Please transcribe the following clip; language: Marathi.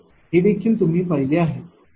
हे देखील तुम्ही पाहिले असेल